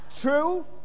true